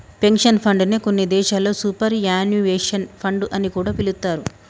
pension fund నే కొన్ని దేశాల్లో సూపర్ యాన్యుయేషన్ ఫండ్ అని కూడా పిలుత్తారు